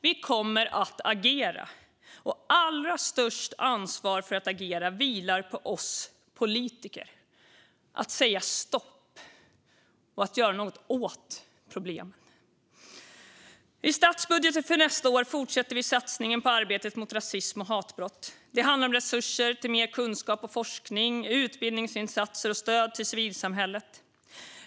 Vi kommer att agera, och allra störst ansvar för att agera vilar på oss politiker att säga stopp och göra något åt problemen. I statsbudgeten för nästa år fortsätter vi satsningen på arbetet mot rasism och hatbrott. Det handlar om resurser till mer kunskap och forskning, utbildningsinsatser och stöd till civilsamhället.